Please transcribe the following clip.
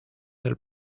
del